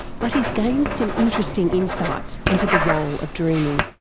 but he's gained some interesting insights into the role of dreaming.